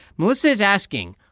melissa is asking,